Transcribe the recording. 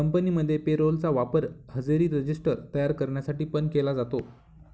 कंपनीमध्ये payroll चा वापर हजेरी रजिस्टर तयार करण्यासाठी पण केला जातो